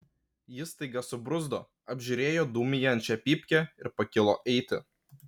jis staiga subruzdo apžiūrėjo dūmijančią pypkę ir pakilo eiti